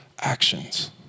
actions